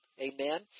Amen